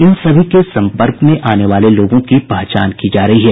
इन सभी के सम्पर्क में आने वाले लोगों की पहचान की जा रही है